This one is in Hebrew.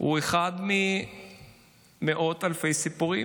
הוא אחד ממאות אלפי סיפורים.